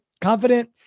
Confident